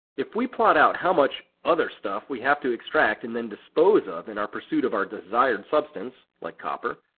if we plot out how much other stuff we have to extract and then dispose of and in pursuit of our desired substance, like copper,